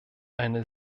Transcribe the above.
eine